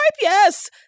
yes